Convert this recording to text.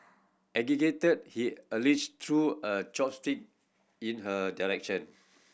agitated he allege threw a chopstick in her direction